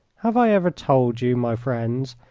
have i ever told you, my friends,